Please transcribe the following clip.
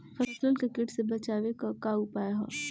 फसलन के कीट से बचावे क का उपाय है?